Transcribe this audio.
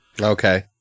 Okay